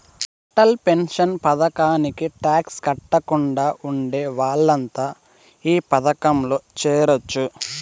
Atal pension పథకానికి tax కట్టకుండా ఉండే వాళ్లంతా ఈ పథకంలో చేరొచ్చు